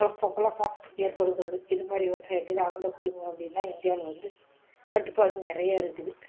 குழப்பம் குழப்பம் ஏற்படுகிறது இது மாரி விவசாயத்துக்கு ஆளை கொடுங்க அப்படின்னா இந்தியாவில் வந்து கட்டுப்பாடு நிறைய இருக்குது